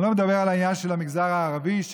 אני לא מדבר על העניין של המגזר הערבי,